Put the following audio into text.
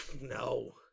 No